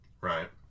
right